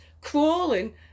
crawling